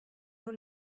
nur